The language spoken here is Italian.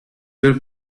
per